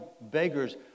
beggars